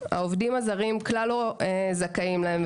שהעובדים הזרים כלל לא זכאים להם.